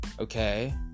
okay